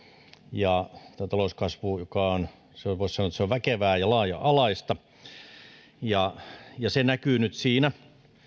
ja tämä talouskasvu joka on voisi sanoa väkevää ja laaja alaista näkyy nyt siinä